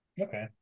Okay